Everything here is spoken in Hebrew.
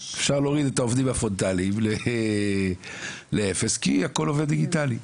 אפשר להוריד את העובדים הפרונטליים לאפס כי הכל עובד דיגיטלי,